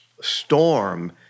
storm